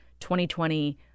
2020